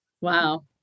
Wow